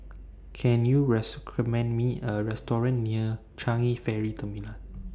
Can YOU rest commend Me A Restaurant near Changi Ferry Terminal